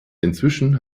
inzwischen